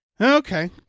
Okay